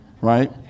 right